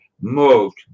moved